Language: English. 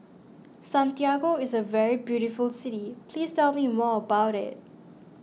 Santiago is a very beautiful city please tell me more about it